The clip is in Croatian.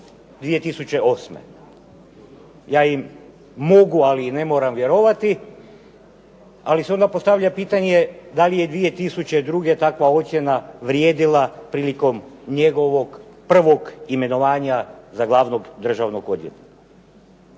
2008. Ja im mogu ali i ne moram vjerovati. Ali se onda postavlja pitanje da li je 2002. takva ocjena vrijedila prilikom njegovog prvog imenovanja za glavnog državnog odvjetnika.